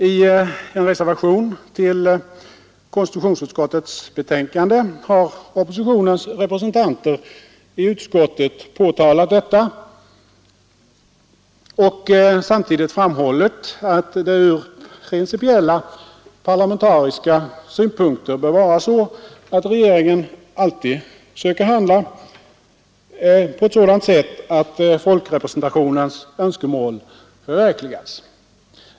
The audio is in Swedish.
I en reservation till konstitutionsutskottets betänkande har oppositionens representanter i utskottet påtalat detta och samtidigt framhållit att det ur principiella parlamentariska synpunkter bör vara så att regeringen alltid söker handla på ett sådant sätt att folkrepresentationens önskemål förverkligas.